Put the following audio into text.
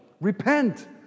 Repent